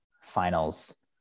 finals